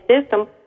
system